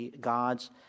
gods